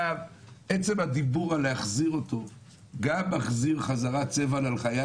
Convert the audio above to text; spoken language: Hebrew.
עצם הדיבור על להחזיר את הקונסוליה מחזיר צבע ללחיים